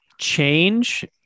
change